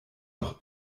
doch